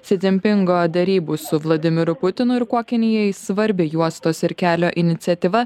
si dzinpingo derybų su vladimiru putinu ir kuo kinijai svarbi juostos ir kelio iniciatyva